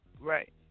Right